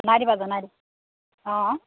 জনাই দিবা জনাই দিবা অঁ